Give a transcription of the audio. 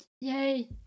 yay